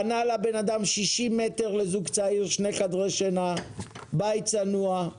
בנה 60 מטר לזוג צעיר עם שני חדרי שינה, בית צנוע,